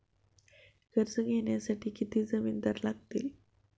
कर्ज घेण्यासाठी किती जामिनदार लागतील?